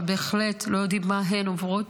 אבל בהחלט לא יודעים מה הן עוברות.